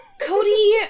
Cody